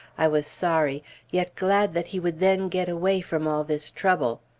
i was sorry yet glad that he would then get away from all this trouble.